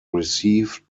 received